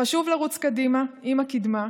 חשוב לרוץ קדימה עם הקדמה,